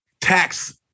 tax